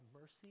mercy